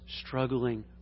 struggling